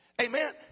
Amen